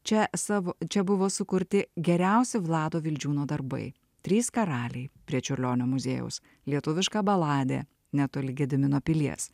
čia savo čia buvo sukurti geriausi vlado vildžiūno darbai trys karaliai prie čiurlionio muziejaus lietuviška baladė netoli gedimino pilies